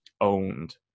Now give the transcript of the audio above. owned